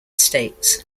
states